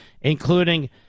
including